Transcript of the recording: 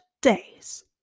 days